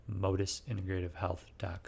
modusintegrativehealth.com